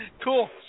Cool